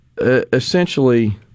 Essentially